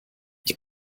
ich